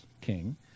king